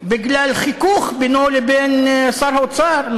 בגלל חיכוך בינו לבין שר האוצר,